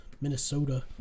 Minnesota